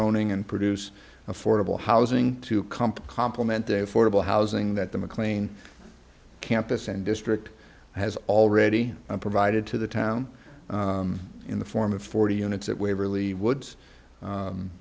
zoning and produce affordable housing to comp complimentary affordable housing that the mclean campus and district has already provided to the town in the form of forty units at waverly woods